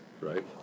right